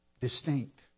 distinct